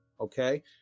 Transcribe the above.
Okay